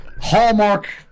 hallmark